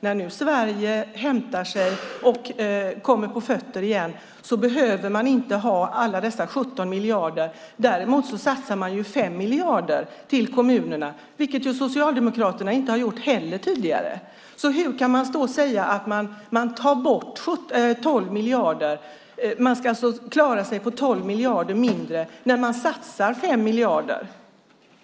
Men när Sverige nu hämtar sig och kommer på fötter igen behöver man inte ha alla dessa 17 miljarder. Däremot satsar vi nu 5 miljarder på kommunerna, vilket Socialdemokraterna inte har gjort tidigare. Hur kan ni stå och säga att man ska klara sig på 12 miljarder mindre när vi satsar 5 miljarder?